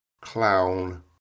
clown